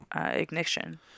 ignition